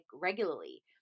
regularly